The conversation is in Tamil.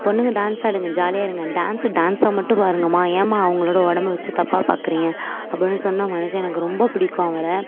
பொண்ணுங்க டான்ஸ் ஆடுங்க ஜாலியாக இருங்க டான்ஸு டான்ஸா மட்டும் பாருங்கம்மா ஏம்மா அவங்களோட உடம்ப வச்சு தப்பாக பார்க்குறீங்க அப்படின்னு சொன்ன மனுஷன் எனக்கு ரொம்ப பிடிக்கும் அவரை